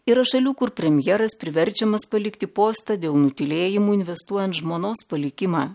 yra šalių kur premjeras priverčiamas palikti postą dėl nutylėjimų investuojant žmonos palikimą